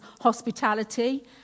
hospitality